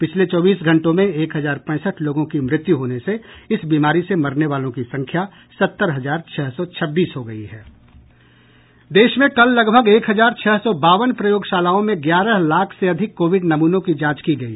पिछले चौबीस घंटों में एक हजार पैंसठ लोगों की मृत्यु होने से इस बीमारी से मरने वालों की संख्या सत्तर हजार छह सौ छब्बीस हो गई है देश में कल लगभग एक हजार छह सौ बावन प्रयोगशालाओं में ग्यारह लाख से अधिक कोविड नमूनों की जांच की गई